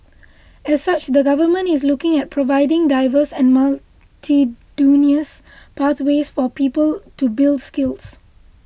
as such the Government is looking at providing diverse and multitudinous pathways for people to build skills